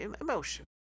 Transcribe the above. Emotion